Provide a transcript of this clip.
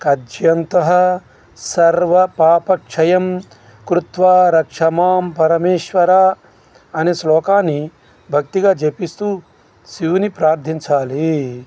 ఖద్యంతహా సర్వపాపక్షయం కృత్వా రక్షమాం పరమేశ్వర అనే శ్లోకాన్ని భక్తిగా జపిస్తూ శివుని ప్రార్థించాలి